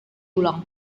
ulang